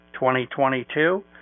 2022